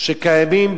שקיימים